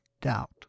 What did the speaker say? doubt